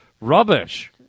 rubbish